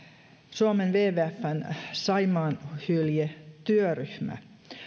suomen wwfn saimaanhyljetyöryhmä